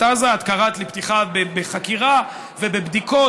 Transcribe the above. עזה את קראת לפתיחה בחקירה ובבדיקות,